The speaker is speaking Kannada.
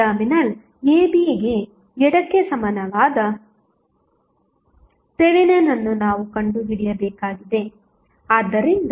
ಟರ್ಮಿನಲ್ abಗೆ ಎಡಕ್ಕೆ ಸಮಾನವಾದ ಥೆವೆನಿನ್ ಅನ್ನು ನಾವು ಕಂಡುಹಿಡಿಯಬೇಕಾಗಿದೆ